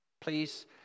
Please